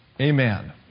Amen